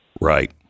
Right